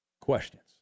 questions